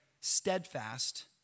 steadfast